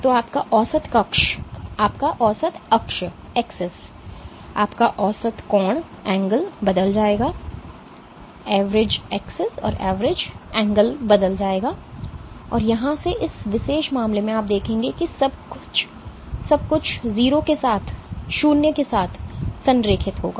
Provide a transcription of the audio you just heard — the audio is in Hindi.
तो आपका औसत अक्ष आपका औसत कोण बदल जाएगा और यहाँ से इस विशेष मामले में आप देखेंगे कि सब कुछ 0 के साथ संरेखित होगा